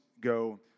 go